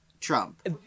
Trump